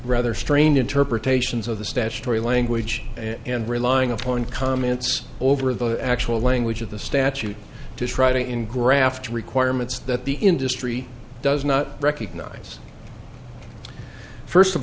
rather strange interpretations of the statutory language and relying upon comments over the actual language of the statute to try to in graft requirements that the industry does not recognize first of